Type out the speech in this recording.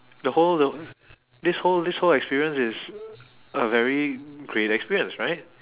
the whole the who~ this whole this whole experience is a very great experience right